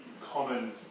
common